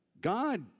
God